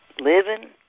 living